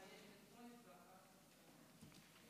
ההצעה להעביר את